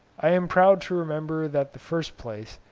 i am proud to remember that the first place,